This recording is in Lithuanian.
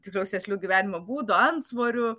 tiksliau sėsliu gyvenimo būdu antsvoriu